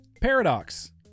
Paradox